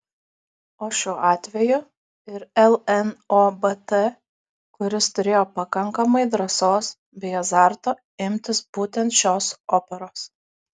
o šiuo atveju ir lnobt kuris turėjo pakankamai drąsos bei azarto imtis būtent šios operos